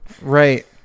Right